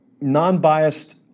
non-biased